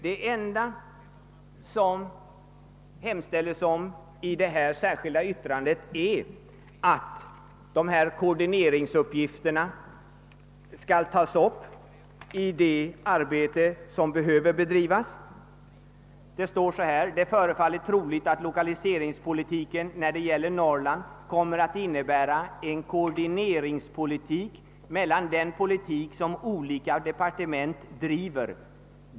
Det särskilda yttrandets enda hemställan är att koordineringsuppgifterna skall tas upp i det arbete som behöver utföras. Där sägs bl.a. följande: »Det förefaller troligt att lokaliseringspolitiken när det gäller Norrland kommer att innebära en koordinering av den politik som olika departement driver.